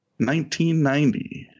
1990